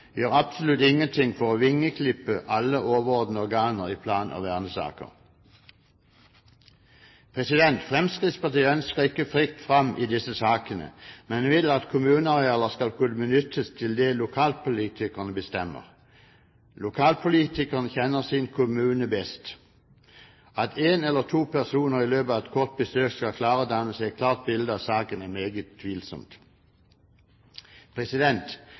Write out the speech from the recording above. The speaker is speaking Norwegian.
gjør absolutt ingenting for å vingeklippe alle overordnede organer i plan- og vernesaker. Fremskrittspartiet ønsker ikke fritt fram i disse sakene, men vi vil at kommunearealer skal kunne benyttes til det lokalpolitikerne bestemmer. Lokalpolitikerne kjenner sin kommune best. At en eller to personer i løpet av et kort besøk skal klare å danne seg et klart bilde av saken, er meget tvilsomt.